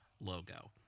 logo